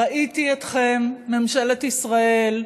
ראיתי אתכם, ממשלת ישראל,